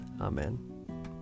Amen